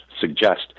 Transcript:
suggest